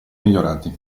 migliorati